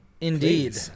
Indeed